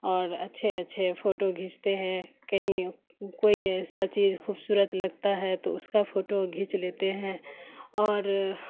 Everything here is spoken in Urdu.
اور اچھے اچھے فوٹو کھینچتے ہیں کہیں کوئی ایسا چیز خوبصورت لگتا ہے تو اس کا فوٹو کھینچ لیتے ہیں اور